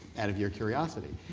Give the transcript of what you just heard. out of your curiosity?